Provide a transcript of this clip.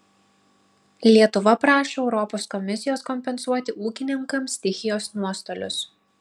lietuva prašo europos komisijos kompensuoti ūkininkams stichijos nuostolius